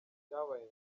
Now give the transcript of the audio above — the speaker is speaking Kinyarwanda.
cyabaye